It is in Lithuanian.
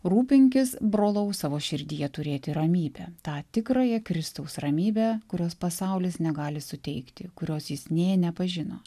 rūpinkis brolau savo širdyje turėti ramybę tą tikrąją kristaus ramybę kurios pasaulis negali suteikti kurios jis nė nepažino